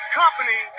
company